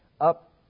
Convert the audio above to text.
up